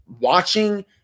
watching